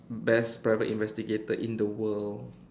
best private investigator in the world